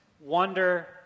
wonder